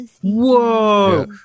Whoa